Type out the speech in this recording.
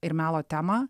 ir melo temą